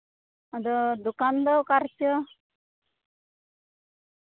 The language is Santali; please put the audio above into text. ᱟᱫᱚ ᱫᱚᱠᱟᱱ ᱫᱚ ᱚᱠᱟ ᱨᱮᱪᱚ